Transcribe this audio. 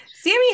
Sammy